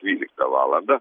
dvyliktą valandą